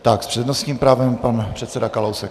Tak s přednostním právem pan předseda Kalousek.